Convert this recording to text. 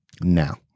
now